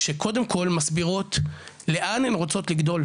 שקודם כל מסבירות לאן הן רוצות לגדול,